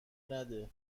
نده